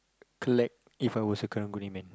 collected If I was a Karang-Guni man